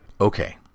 Okay